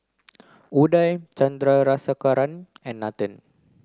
Udai Chandrasekaran and Nathan